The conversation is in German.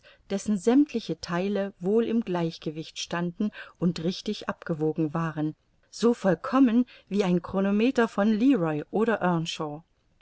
dessen sämmtliche theile wohl im gleichgewicht standen und richtig abgewogen waren so vollkommen wie ein chronometer von leroy oder